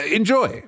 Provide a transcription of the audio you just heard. Enjoy